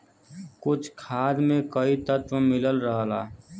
कुछ खाद में कई तत्व मिलल रहला